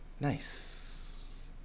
Nice